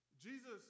Jesus